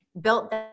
built